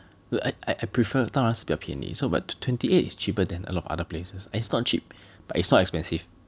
I I prefer 当然是比较便宜 so but twenty eight is cheaper than a lot of other places it's not cheap but it's not expensive